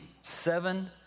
seven